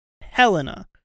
Helena